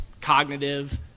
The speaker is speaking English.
cognitive